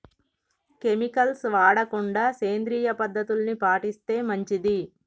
chemicals వాడకుండా సేంద్రియ పద్ధతుల్ని పాటిస్తే మంచిది